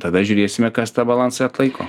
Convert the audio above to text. tada žiūrėsime kas tą balansą atlaiko